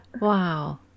Wow